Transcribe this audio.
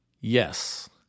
Yes